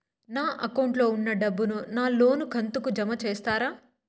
నా అకౌంట్ లో ఉన్న డబ్బును నా లోను కంతు కు జామ చేస్తారా?